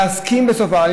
להסכים בסוף,